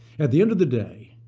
at the end of the day,